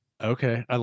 Okay